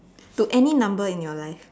to any number in your life